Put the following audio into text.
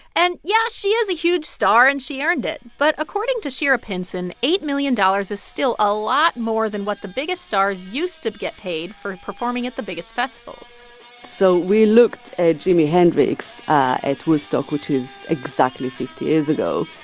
and yeah, she is a huge star, and she earned it. but according to shira pinson, eight million dollars is still a lot more than what the biggest stars used to get paid for performing at the biggest festivals so we looked at jimi hendrix at woodstock, which is exactly fifty years ago.